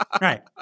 Right